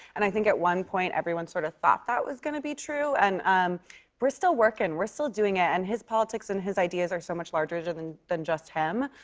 and i think, at one point, everyone sort of thought that was going to be true, and um we're still working. we're still doing it, and his politics and ideas are so much larger than than just him.